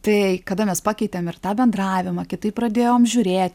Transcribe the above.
tai kada mes pakeitėm ir tą bendravimą kitaip pradėjom žiūrėti